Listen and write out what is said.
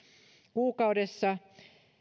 kuukaudessa